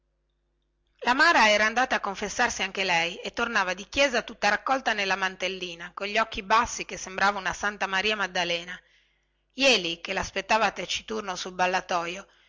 mara era andata a confessarsi anche lei e tornava di chiesa tutta raccolta nella mantellina cogli occhi bassi che sembrava una santa maria maddalena jeli il quale laspettava taciturno sul ballatojo